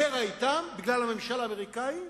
קרע אתם בגלל הממשל האמריקני?